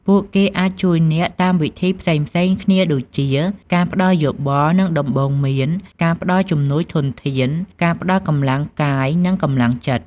ពួកគេអាចជួយអ្នកតាមវិធីផ្សេងៗគ្នាដូចជា ការផ្តល់យោបល់ និងដំបូន្មាន ការផ្តល់ជំនួយធនធាន ការផ្តល់កម្លាំងកាយ និងកម្លាំងចិត្ត។